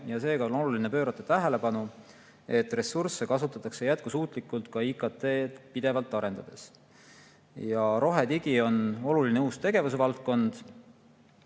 ja seega on oluline pöörata tähelepanu sellele, et ressursse kasutataks jätkusuutlikult ka IKT‑d pidevalt arendades. Rohedigi on oluline uus tegevusvaldkond,